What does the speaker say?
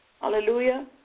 hallelujah